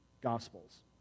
gospels